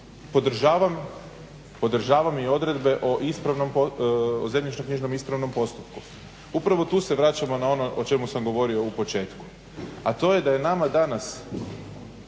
podržavam i odredbe o zemljišno-knjižnom ispravnom postupku. Upravo tu se vraćamo na ono o čemu sam govorio u početku, a to je da su nama danas